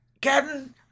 captain